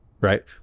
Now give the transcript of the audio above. right